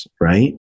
right